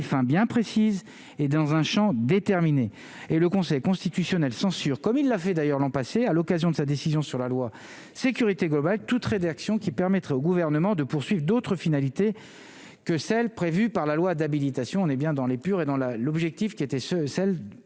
fins bien précises et dans un Champ déterminé et le Conseil constitutionnel censure comme il l'a fait d'ailleurs l'an passé, à l'occasion de sa décision sur la loi sécurité globale toute rédaction qui permettrait au gouvernement de poursuivent d'autres finalités. Que celles prévues par la loi d'habilitation, on est bien dans l'épure et dans la l'objectif qui était ce sel